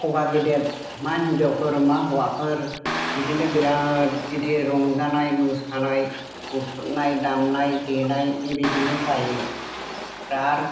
सभा गेदेद मा हिनजावफोर मा हौवाफोर बिदिनो बिराद गिदिर रंजानाय मोसानाय मुसुरनाय दामनाय देनाय बेबायदिनो जायो बिराद